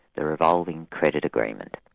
the revolving credit agreement.